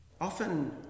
Often